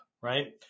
right